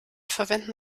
verwenden